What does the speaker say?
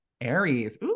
Aries